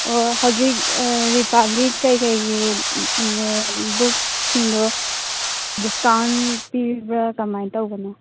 ꯑꯣ ꯍꯧꯖꯤꯛ ꯔꯤꯄꯥꯕ꯭ꯂꯤꯛ ꯀꯩꯀꯩꯒꯤ ꯕꯨꯛꯁꯤꯡꯗꯣ ꯗꯤꯁꯀꯥꯎꯟ ꯄꯤꯕ꯭ꯔꯥ ꯀꯃꯥꯏꯅ ꯇꯧꯕꯅꯣ